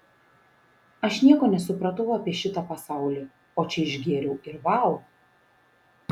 aš nieko nesupratau apie šitą pasaulį o čia išgėriau ir vau